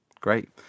Great